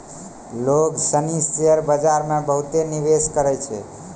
लोग सनी शेयर बाजार मे बहुते निवेश करै छै